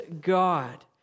God